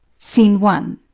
scene one.